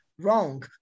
Wrong